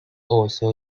also